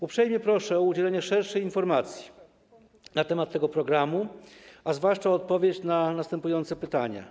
Uprzejmie proszę o udzielenie szerszej informacji na temat tego programu, a zwłaszcza o odpowiedź na następujące pytania.